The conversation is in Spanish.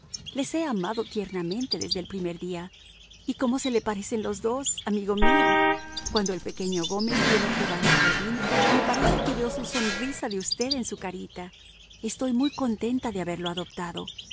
les he amado tiernamente desde el primer día y cómo se le parecen los dos amigo mío cuando el pequeño gómez viene a jugar al jardín me parece que veo su sonrisa de usted en su carita estoy muy contenta de haberlo adoptado